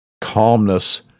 calmness